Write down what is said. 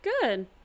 good